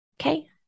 Okay